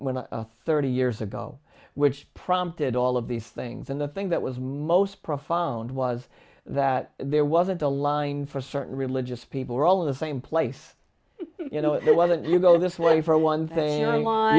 when thirty years ago which prompted all of these things and the thing that was most profound was that there wasn't a line for certain religious people were all of the same place you know it wasn't you go this way for one thing